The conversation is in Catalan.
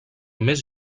més